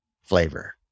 flavor